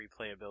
replayability